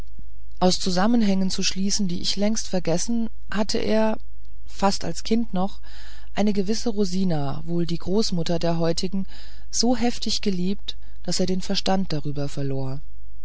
aus zusammenhängen zu schließen die ich längst vergessen hatte er fast als kind noch eine gewisse rosina wohl die großmutter der heutigen so heftig geliebt daß er den verstand darüber verlor